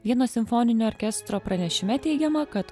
vienos simfoninio orkestro pranešime teigiama kad